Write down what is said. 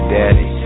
daddy